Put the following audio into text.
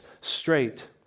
straight